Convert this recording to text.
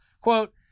Quote